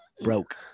broke